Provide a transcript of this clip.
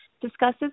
discusses